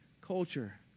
culture